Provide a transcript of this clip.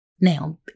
Now